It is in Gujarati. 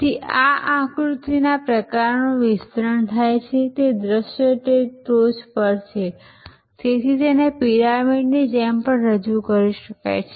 તેથી આ આકૃતિ પ્રકારનું વિસ્તરણ થાય છે તે દૃશ્ય તે ટોચ પર છે તેથી તેને પિરામિડની જેમ પણ રજૂ કરી શકાય છે